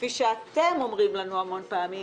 כפי שאתם אומרים לנו הרבה פעמים,